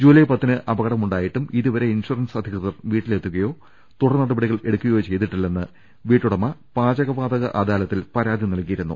July പത്തിന് അപകടമുണ്ടായിട്ടും ഇതുവരെ ഇൻഷു റൻസ് അധികൃതർ വീട്ടിലെത്തുകയോ ്രുടർ നടപടികൾ എടുക്കു കയോ ചെയ്തിട്ടില്ലെന്ന് വീട്ടുടമ പാച്കവാതക അദാലത്തിൽ പരാതി നൽകിയിരുന്നു